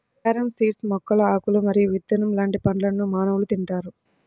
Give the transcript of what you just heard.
carom seeds మొక్కల ఆకులు మరియు విత్తనం లాంటి పండ్లను మానవులు తింటారు